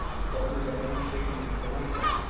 started an unseen installation.